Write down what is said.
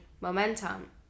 momentum